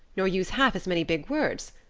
nor use half as many big words.